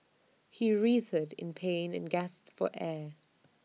he writhed in pain and gasped for air